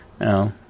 No